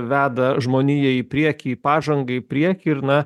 veda žmoniją į priekį pažangai priekį ir na